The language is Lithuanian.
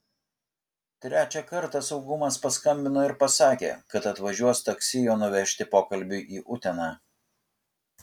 trečią kartą saugumas paskambino ir pasakė kad atvažiuos taksi jo nuvežti pokalbiui į uteną